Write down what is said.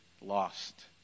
lost